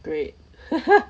great